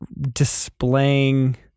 displaying